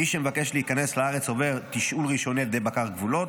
מי שמבקש להיכנס לארץ עובר תשאול ראשוני על ידי בקר גבולות,